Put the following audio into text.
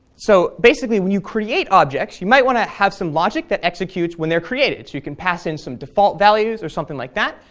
so basically when you create objects you might want to have some logic that executes when they're created, so you can pass in some default values or something like that,